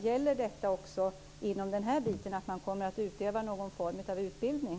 Gäller detta också inom denna bit? Kommer man att bedriva någon form av utbildning?